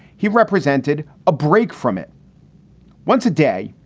he represented a break from it once a day.